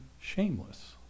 shameless